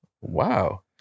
Wow